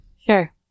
Sure